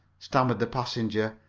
stammered the passenger.